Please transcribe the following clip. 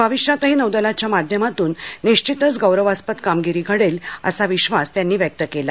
भविष्यातही नौदलाच्या माध्यमातून निश्चितच गौरवास्पद कामगिरी घडेल असा विश्वास कोविंद यांनी व्यक्ता केला